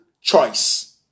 choice